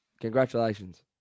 Congratulations